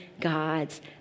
God's